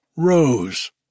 Rose